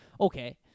Okay